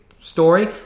story